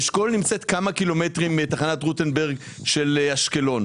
תחנת אשכול נמצאת כמה קילומטרים מתחנת רוטנברג באשקלון.